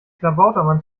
klabautermann